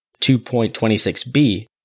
2.26b